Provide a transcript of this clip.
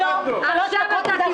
על מה זה סעיף 4,